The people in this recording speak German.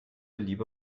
liebe